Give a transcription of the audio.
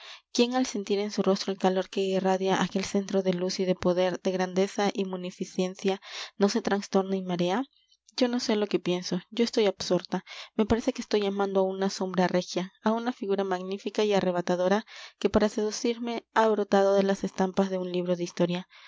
quién al sentir en su rostro el calor que irradia aquel centro de luz y de poder de grandeza y munificencia no se trastorna y marea yo no sé lo que pienso yo estoy absorta me parece que estoy amando a una sombra regia a una figura magnífica y arrebatadora que para seducirme ha brotado de las estampas de un libro de historia